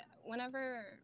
whenever